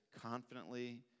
confidently